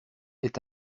est